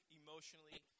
emotionally